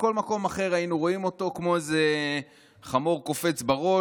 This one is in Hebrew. בכל מקום אחר היינו רואים אותו כמו איזה חמור קופץ בראש.